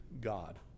God